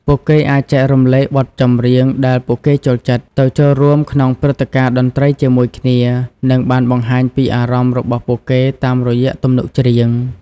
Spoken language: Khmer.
ពួកគេអាចចែករំលែកបទចម្រៀងដែលពួកគេចូលចិត្ត ទៅចូលរួមក្នុងព្រឹត្តិការណ៍តន្ត្រីជាមួយគ្នា និងបានបង្ហាញពីអារម្មណ៍របស់ពួកគេតាមរយៈទំនុកច្រៀង។